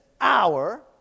hour